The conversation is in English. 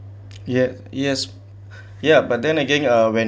yeap yes ya but then again uh when